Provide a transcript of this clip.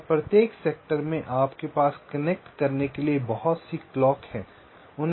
और प्रत्येक सेक्टर में आपके पास कनेक्ट करने के लिए बहुत सी क्लॉक चीजें हैं